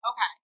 Okay